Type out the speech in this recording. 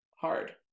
hard